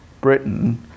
Britain